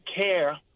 care